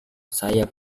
saya